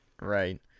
Right